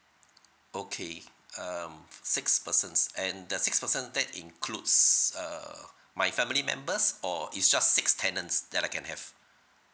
okay um six persons and the six person that includes err my family members for it's just six tenants that I can have